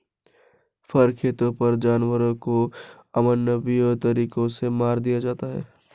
फर खेतों पर जानवरों को अमानवीय तरीकों से मार दिया जाता है